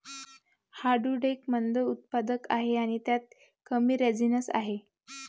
heartwood एक मंद उत्पादक आहे आणि त्यात कमी रेझिनस आहे